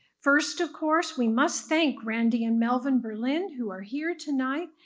first, of course, we must thank randy and melvin berlin, who are here tonight,